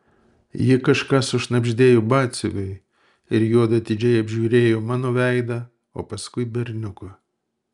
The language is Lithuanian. ji kažką sušnabždėjo batsiuviui ir juodu atidžiai apžiūrėjo mano veidą o paskui berniuko